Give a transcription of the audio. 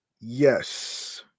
Yes